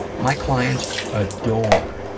my clients adore,